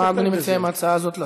מה אדוני מציע עם ההצעה הזאת לעשות?